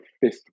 fifth